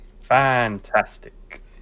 Fantastic